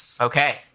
Okay